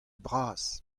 bras